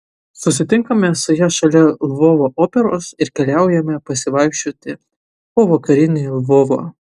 susitinkame su ja šalia lvovo operos ir keliaujame pasivaikščioti po vakarinį lvovą